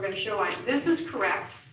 but show why this is correct,